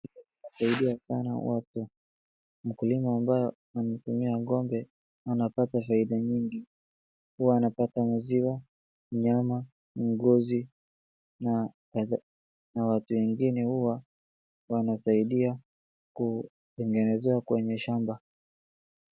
Huwasaidia sana watu. Mkulima ambaye anatumia ng'ombe anapata faida nyingi. Huwa anapata maziwa, nyama, ngozi, na watu wengine huwa wanasaidia kutengenezewa kwenye shamba.